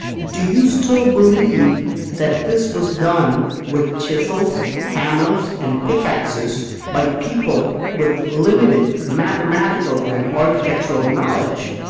do you still believe that this was done with chisels, hammers and pickaxes by people with limited mathematical and architectural knowledge?